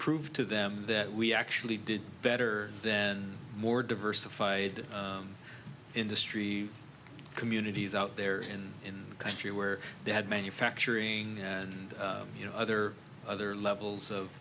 proved to them that we actually did better then more diversified industry communities out there in a country where they had manufacturing and you know other other levels of